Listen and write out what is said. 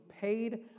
paid